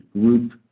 group